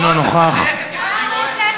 אני רואה אותך